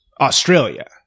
Australia